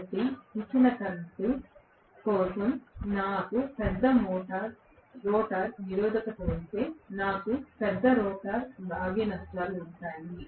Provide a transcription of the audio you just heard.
కాబట్టి ఇచ్చిన కరెంట్ కోసం నాకు పెద్ద రోటర్ నిరోధకత ఉంటే నాకు పెద్ద రోటర్ రాగి నష్టాలు ఉంటాయి